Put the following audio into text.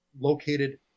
located